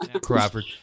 Crawford